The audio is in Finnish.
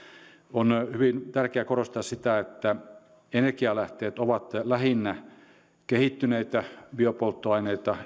on hyvin tärkeää korostaa sitä että energialähteet ovat lähinnä kehittyneitä biopolttoaineita